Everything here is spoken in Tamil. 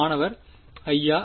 மாணவர் ஐயா